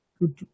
good